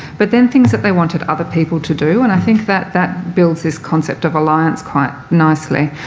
but then things that they wanted other people to do and i think that that builds this concept of alliance quite nicely,